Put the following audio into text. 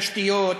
תשתיות,